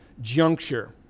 juncture